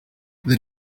that